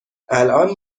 الان